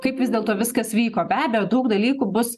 kaip vis dėlto viskas vyko be abejo daug dalykų bus